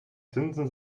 zinsen